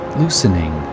loosening